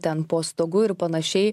ten po stogu ir panašiai